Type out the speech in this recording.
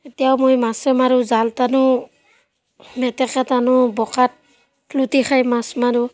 এতিয়াও মই মাছে মাৰোঁ জাল টানো মেটেকা টানো বোকাত লুটি খাই মাছ মাৰোঁ